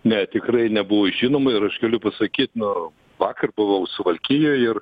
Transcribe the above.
ne tikrai nebuvo žinoma ir aš galiu pasakyt nu vakar buvau suvalkijoj ir